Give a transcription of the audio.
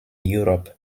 europe